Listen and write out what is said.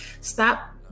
stop